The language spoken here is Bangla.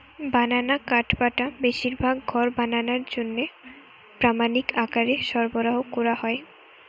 বানানা কাঠপাটা বেশিরভাগ ঘর বানানার জন্যে প্রামাণিক আকারে সরবরাহ কোরা হয়